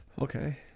Okay